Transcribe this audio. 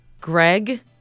Greg